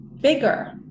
bigger